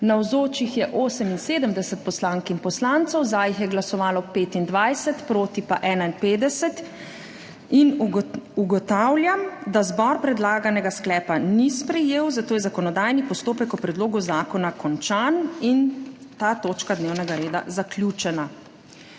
Navzočih je 78 poslank in poslancev, za je glasovalo 25, proti 51. (Za je glasovalo 25.) (Proti 51.) Ugotavljam, da zbor predlaganega sklepa ni sprejel, zato je zakonodajni postopek o predlogu zakona končan in ta točka dnevnega reda zaključena.